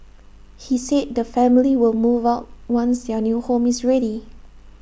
he said the family will move out once their new home is ready